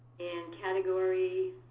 and category,